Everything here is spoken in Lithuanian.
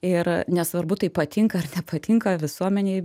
ir nesvarbu tai patinka ar nepatinka visuomenei